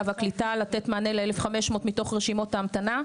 והקליטה לתת מענה ל-1,500 מתוך רשימות ההמתנה,